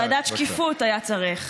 ועדת שקיפות היה צריך.